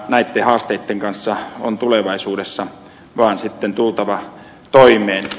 näitten haasteitten kanssa on tulevaisuudessa vaan tultava toimeen